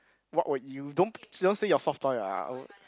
what would you don't don't say your soft toy ah I will